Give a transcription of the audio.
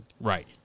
right